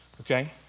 Okay